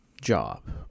job